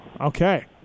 okay